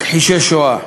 מכחישי השואה,